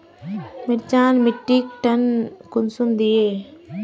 मिर्चान मिट्टीक टन कुंसम दिए?